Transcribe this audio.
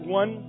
one